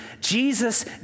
Jesus